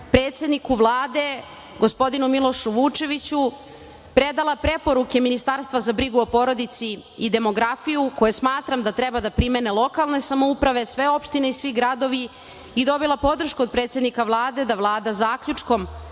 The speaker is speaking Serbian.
predsedniku Vlade, gospodinu Milošu Vučeviću predala preporuke Ministarstva za brigu o porodici i demografiju koju smatram da treba da primene lokalne samouprave, sve opštine i svi gradovi i dobila podršku od predsednika Vlade, da Vlada zaključkom